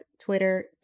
Twitter